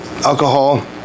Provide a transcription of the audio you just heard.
Alcohol